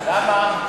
למה?